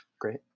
great